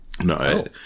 no